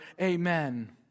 Amen